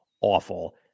awful